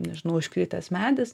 nežinau užkritęs medis